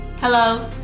Hello